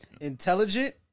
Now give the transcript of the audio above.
intelligent